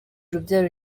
urubyaro